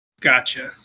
Gotcha